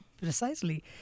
precisely